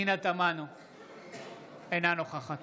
אינה נוכחת